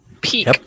peak